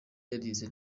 yarize